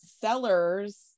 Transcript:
sellers